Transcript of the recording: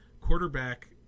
quarterback